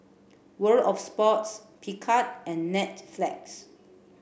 World Of Sports Picard and Netflix